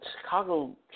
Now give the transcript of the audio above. Chicago